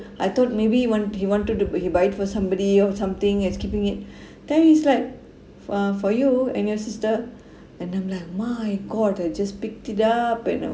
I thought maybe want he wanted to he buy for somebody else something as keeping it then he's like uh for you and your sister and I'm like my god I just picked it up and I